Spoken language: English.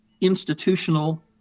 institutional